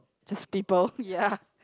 just people ya